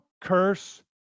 curse